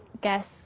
guess